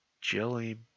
Jelly